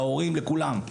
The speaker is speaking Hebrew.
להורים ולכולם.